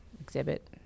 exhibit